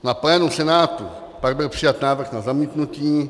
Na plénu Senátu pak byl přijat návrh na zamítnutí.